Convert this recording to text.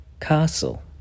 castle